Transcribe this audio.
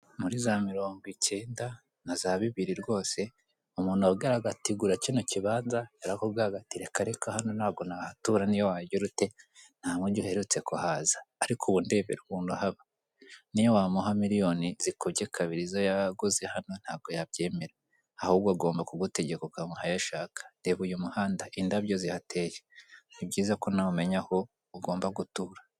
muri za mirongo icyenda na za bibiri rwose umuntu wabwiraga ati :gura kino kibanza yarakubwiraga ati :reka reka hano ntabwo nahatura niyo wagira ute nta wundi uherutse kuhaza ariko ubu ndebera umuntu uhaba niyo wamuha miliyoni zikubye kabiri izo yaguze hano ntabwo yabyemera ahubwo a ugomba kugutegeka ukamuha ayashaka ndeba uyu muhanda indabyo zihateye ni byiza ko nawumenya aho ugomba gutura.